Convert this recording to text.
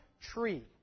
tree